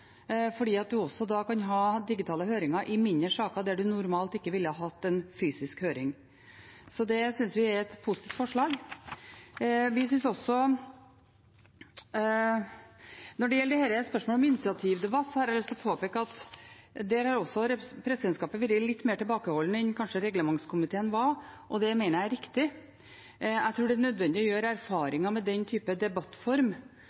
fordi en da kan ha digitale høringer i mindre saker der en normalt ikke ville hatt en fysisk høring. Så det synes vi er et positivt forslag. Når det gjelder spørsmålet om initiativdebatt, har jeg lyst til å påpeke at presidentskapet her har vært litt mer tilbakeholden enn kanskje reglementskomiteen var, og det mener jeg er riktig. Jeg tror det er nødvendig å gjøre